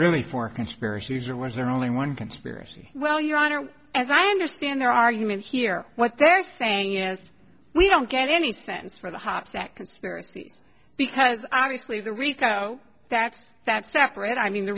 really four conspiracies or was there only one conspiracy well your honor as i understand their argument here what they're saying is we don't get any sense for the hoppe second spirit sees because obviously the rico that's that separate i mean the